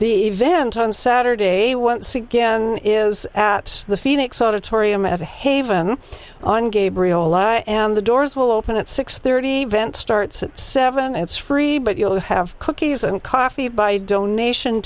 the event on saturday once again is at the phoenix auditorium at the haven on gabriel and the doors will open at six thirty vent starts at seven it's free but you will have cookies and coffee by donation